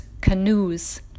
canoes